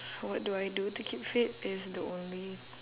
what do I do to keep fit is the only